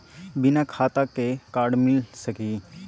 बिना खाता के कार्ड मिलता सकी?